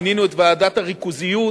מינינו את ועדת הריכוזיות